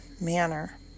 manner